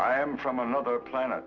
i am from another planet